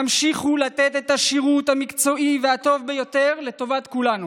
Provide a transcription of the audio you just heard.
ימשיכו לתת את השירות המקצועי הטוב ביותר לטובת כולנו.